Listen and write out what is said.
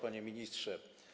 Panie Ministrze!